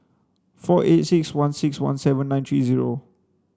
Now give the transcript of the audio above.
four eight six one six one seven nine three zero